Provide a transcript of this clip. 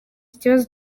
ikibazo